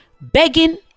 Begging